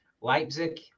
leipzig